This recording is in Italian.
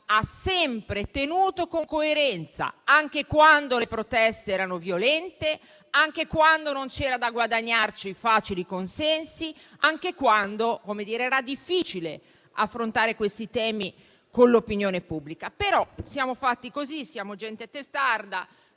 ha sempre tenuto con coerenza, anche quando le proteste erano violente, anche quando non c'era da guadagnarci facili consensi, anche quando era difficile affrontare questi temi con l'opinione pubblica. Ma noi siamo fatti così, siamo gente testarda